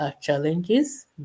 challenges